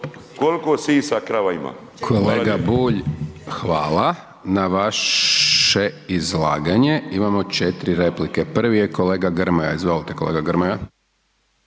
Dončić, Siniša (SDP)** Kolega Bulj hvala. Na vaše izlaganje imamo 4 replike. Prvi je kolega Grmoja. Izvolite kolega Grmoja.